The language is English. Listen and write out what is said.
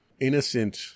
innocent